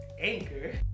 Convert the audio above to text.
Anchor